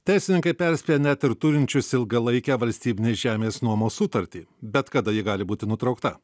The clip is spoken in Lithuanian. teisininkai perspėja net ir turinčius ilgalaikę valstybinės žemės nuomos sutartį bet kada ji gali būti nutraukta